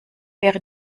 wäre